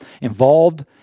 involved